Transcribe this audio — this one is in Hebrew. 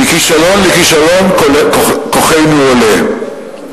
"מכישלון לכישלון כוחנו עולה".